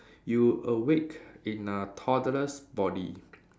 you awake in a toddler's body